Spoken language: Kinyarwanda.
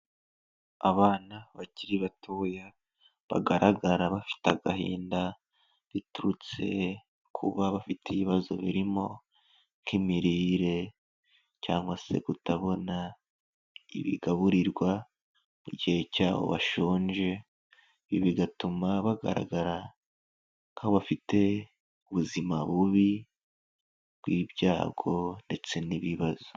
Abana bakiri batoya bagaragara bafite agahinda, biturutse kuba bafite ibibazo birimo nk'imirire cyangwa se kutabona ibigaburirwa mu gihe cyabo bashonje, ibi bigatuma bagaragara nk'aho bafite ubuzima bubi bw'ibyago ndetse n'ibibazo.